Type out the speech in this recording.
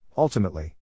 Ultimately